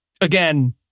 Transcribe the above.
Again